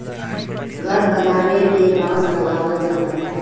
घर बनावे में बांस लगावल जाला